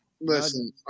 Listen